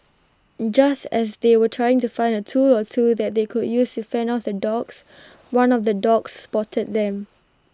just as they were trying to find A tool or two that they could use to fend off the dogs one of the dogs spotted them